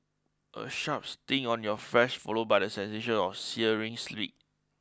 a sharp sting on your flesh followed by the sensation of a searing slit